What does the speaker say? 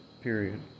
Period